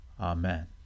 Amen